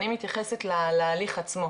אני מתייחסת להליך עצמו.